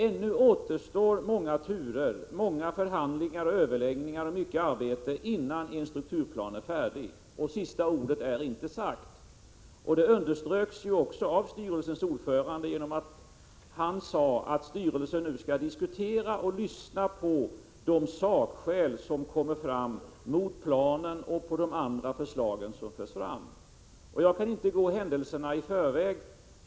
Ännu återstår många turer, förhandlingar och överläggningar samt mycket annat arbete, innan en strukturplan är färdig. Sista ordet är inte sagt. Detta underströks också av styrelsens ordförande, som framhöll att styrelsen nu skall diskutera och lyssna på de sakskäl som förs fram mot planen och de andra förslagen. Jag kan inte gå händelserna i förväg.